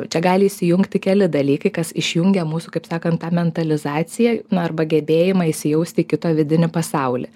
čia gali įsijungti keli dalykai kas išjungia mūsų kaip sakant tą mentalizaciją na arba gebėjimą įsijausti į kito vidinį pasaulį